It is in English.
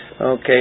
Okay